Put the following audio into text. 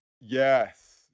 Yes